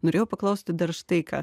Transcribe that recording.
norėjau paklausti dar štai ką